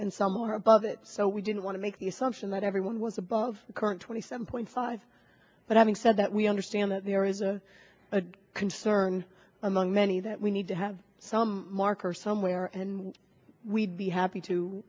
and some are above it so we didn't want to make you something that everyone was above the current twenty seven point five but having said that we understand that there is a concern among many that we need to have some marker somewhere and we'd be happy to